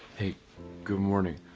hey good morning.